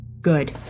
Good